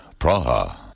Praha